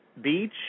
Beach